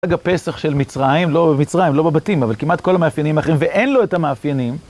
חג הפסח של מצרים, לא במצרים, לא בבתים, אבל כמעט כל המאפיינים האחרים, ואין לו את המאפיינים.